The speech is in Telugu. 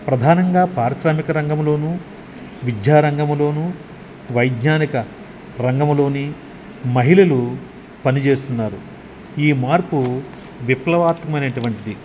ప్రధానంగా పారిశ్రామిక రంగములోను విద్యాారంగములోను వైజ్ఞానిక రంగములో మహిళలు పనిచేస్తున్నారు ఈ మార్పు విప్లవాత్మకం అయినటువంటిది